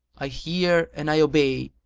i hear and i obey.